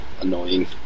annoying